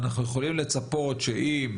ואנחנו יכולים לצפות שאם